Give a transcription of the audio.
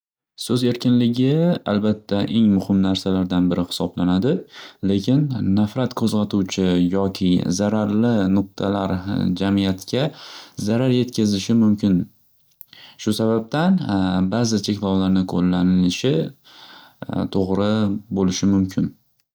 So'z erkinligi albatta eng muhim narsalardan biri hisoblanadi. Lekin nafrat qo'zg'atuvchi yoki zararli nuqtalar jamiyatga zarar yetkazishi mumkin. Shu sababdan ba'zi cheklovlarning qo'llanilishi to'gri bo'lishi mumkin.